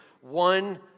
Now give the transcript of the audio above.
one